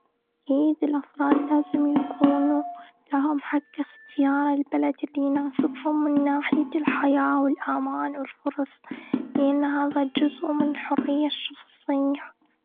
أكيد، الأفراد لازم يكونوا لهم حق إختيار البلد اللي يناسبهم، من ناحية الحياة والأمان والفرص. لأن هذا جزء من الحرية الشخصية.